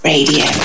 Radio